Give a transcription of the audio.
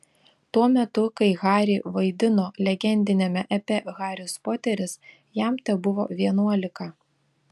tuo metu kai harry vaidino legendiniame epe haris poteris jam tebuvo vienuolika